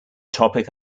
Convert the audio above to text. topic